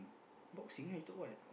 boxing eh you thought what